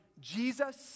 Jesus